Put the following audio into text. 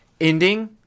ending